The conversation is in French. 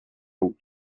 août